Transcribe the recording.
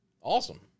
Awesome